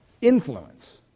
influence